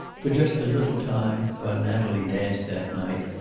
for just a little time, while natalie danced that night,